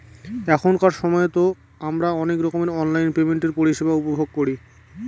এখনকার সময়তো আমারা অনেক রকমের অনলাইন পেমেন্টের পরিষেবা উপভোগ করি